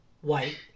white